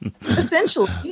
Essentially